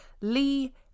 Lee